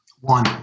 one